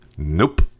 Nope